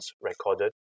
recorded